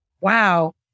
wow